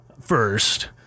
first